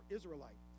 Israelite